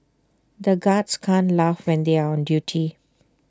the guards can't laugh when they are on duty